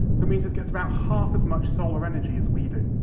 so means it gets about half as much solar energy as we do.